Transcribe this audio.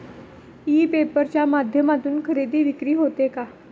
E paper च्या माध्यमातून खरेदी विक्री होते का?